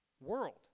world